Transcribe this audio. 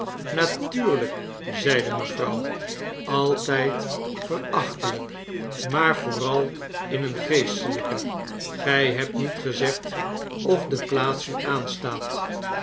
zeide mevrouw altyd verachtelijk maar vooral in een geestelyke gij hebt niet gezegd of de plaats u aanstaat